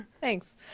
thanks